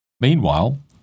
Meanwhile